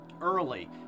early